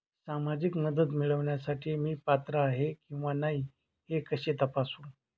सामाजिक मदत मिळविण्यासाठी मी पात्र आहे किंवा नाही हे कसे तपासू?